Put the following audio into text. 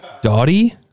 Dottie